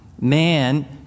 Man